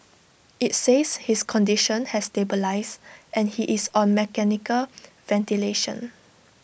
IT says his condition has stabilised and he is on mechanical ventilation